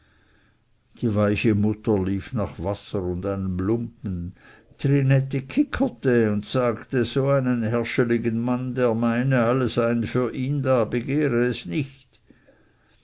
die weiche mutter lief nach wasser und einem lumpen trinette kickerte und sagte so einen herrscheligen mann der meine alle seien für ihn da begehre es nicht